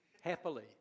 happily